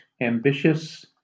ambitious